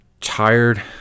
tired